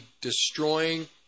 destroying